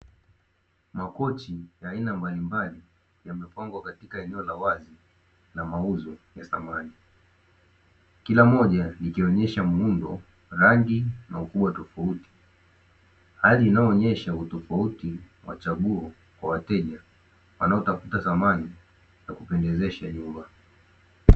Makochi ya aina mbalimbali yamepangwa katika eneo la wazi na mauzo ya samani, kila moja likionyesha muundo rangi, na ukubwa tofauti; hali inayoonesha utofauti wa chaguo kwa wateja wanao tafuta samani za kupendezesha nyumba.